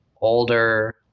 older